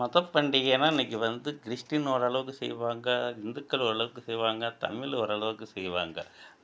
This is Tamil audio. மத பண்டிகைன்னால் இன்றைக்கி வந்து கிறிஸ்டின் ஓரளவுக்கு செய்வாங்க இந்துக்கள் ஓரளவுக்கு செய்வாங்க தமிழ் ஓரளவுக்கு செய்வாங்க